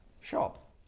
shop